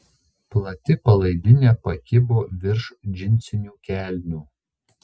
plati palaidinė pakibo virš džinsinių kelnių